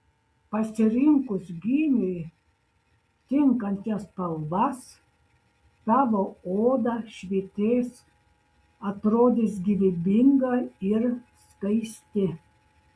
pasirinkus gymiui tinkančias spalvas tavo oda švytės atrodys gyvybinga ir skaisti